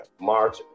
March